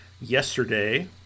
yesterday